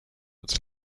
its